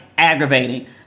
Aggravating